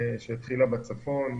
שהתחילה בצפון,